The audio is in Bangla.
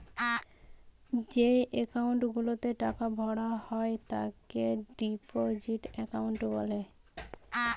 যেই একাউন্ট গুলাতে টাকা ভরা হয় তাকে ডিপোজিট একাউন্ট বলে